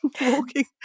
walking